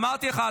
אמרתי לך,